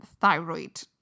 thyroid